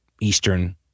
Eastern